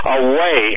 away